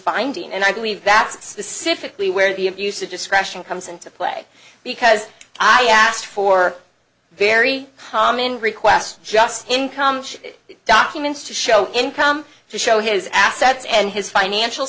finding and i believe that specific lee where the abuse of discretion comes into play because i asked for a very common request just income documents to show income to show his assets and his financial